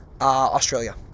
Australia